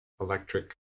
electric